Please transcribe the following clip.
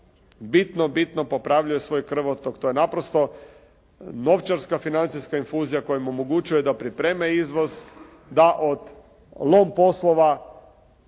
bitno, bitno popravljaju svoj krvotok. To je naprosto novčarska financijska infuzija koja im omogućuje da pripreme izvoz, da od lom poslova